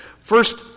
First